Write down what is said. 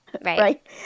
right